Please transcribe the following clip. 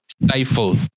stifle